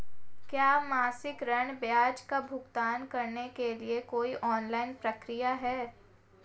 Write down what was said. क्या मासिक ऋण ब्याज का भुगतान करने के लिए कोई ऑनलाइन प्रक्रिया है?